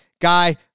guy